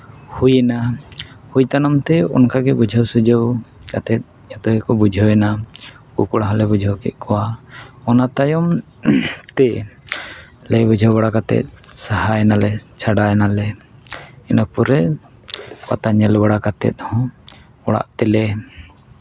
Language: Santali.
ᱦᱩᱭᱮᱱᱟ ᱦᱩᱭ ᱛᱟᱭᱱᱚᱢ ᱛᱮ ᱚᱱᱠᱟᱜᱮ ᱵᱩᱡᱷᱟᱹᱣ ᱥᱩᱡᱷᱟᱹᱣ ᱠᱟᱛᱮᱫ ᱡᱚᱛᱚ ᱜᱮᱠᱚ ᱵᱩᱡᱷᱟᱹᱣᱮᱱᱟ ᱩᱱᱠᱩ ᱠᱚᱲᱟ ᱦᱚᱸᱞᱮ ᱵᱩᱡᱷᱟᱹᱜ ᱠᱮᱫ ᱠᱚᱣᱟ ᱚᱱᱟ ᱛᱟᱭᱱᱚᱢ ᱛᱮ ᱞᱟᱹᱭ ᱵᱩᱡᱷᱟᱹᱣ ᱵᱟᱲᱟ ᱠᱟᱛᱮᱫ ᱥᱟᱦᱟᱭ ᱱᱟᱞᱮ ᱪᱷᱟᱰᱟᱣ ᱱᱟᱞᱮ ᱤᱱᱟᱹ ᱯᱚᱨᱮ ᱯᱟᱛᱟ ᱧᱮᱞ ᱵᱟᱲᱟ ᱠᱟᱛᱮᱫ ᱦᱚᱸ ᱚᱲᱟᱜ ᱛᱮᱞᱮ